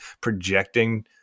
projecting